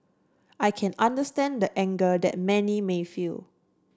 I can understand the anger that many may feel